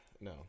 no